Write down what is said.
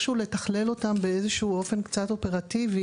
שהוא לתכלל אותם באיזה שהוא אופן קצת אופרטיבי.